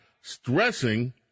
stressing